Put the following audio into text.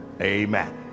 amen